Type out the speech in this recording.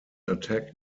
attacked